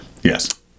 yes